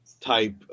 type